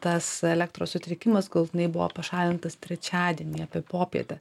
tas elektros sutrikimas galutinai buvo pašalintas trečiadienį apie popietę